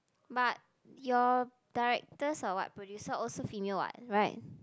but your directors or what producer also female what right